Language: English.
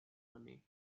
money